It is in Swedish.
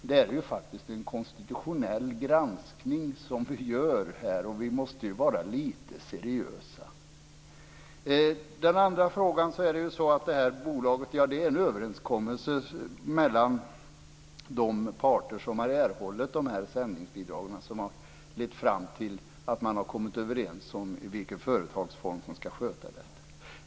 Det är en konstitutionell granskning som vi gör här, och vi måste vara lite seriösa. På den första frågan vill jag svara att det här bolaget är en överenskommelse mellan de parter som har erhållit sändningsbidragen, och den har lett fram till att man har kommit överens om i vilken företagsform detta skall skötas.